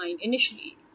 initially